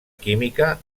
química